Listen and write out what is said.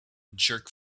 jerk